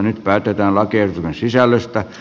nyt päätetään lakiehdotuksen sisällöstä